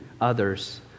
others